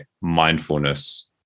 mindfulness